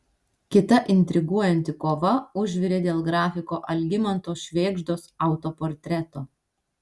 kita intriguojanti kova užvirė dėl grafiko algimanto švėgždos autoportreto